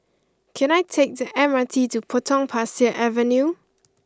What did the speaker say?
can I take the M R T to Potong Pasir Avenue